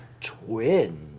Twins